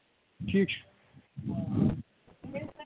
ٹھیٖک چھُ